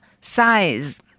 size